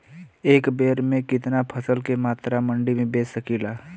एक बेर में कितना फसल के मात्रा मंडी में बेच सकीला?